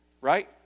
Right